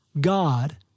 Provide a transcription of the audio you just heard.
God